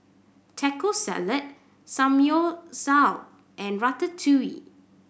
Taco Salad Samgeyopsal and Ratatouille